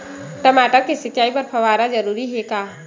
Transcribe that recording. टमाटर के सिंचाई बर फव्वारा जरूरी हे का?